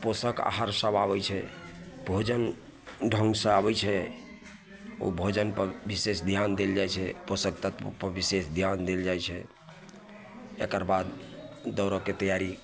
पोषक आहार सब आबै छै भोजन ढङ्गसे आबै छै ओ भोजनपर विशेष धिआन देल जाइ छै पोषक तत्वपर विशेष धिआन देल जाए छै एकरबाद दौड़ैके तैआरी